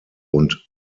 und